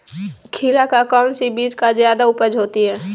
खीरा का कौन सी बीज का जयादा उपज होती है?